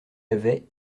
avait